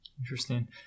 Interesting